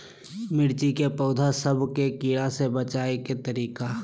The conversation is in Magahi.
मिर्ची के पौधा सब के कीड़ा से बचाय के तरीका?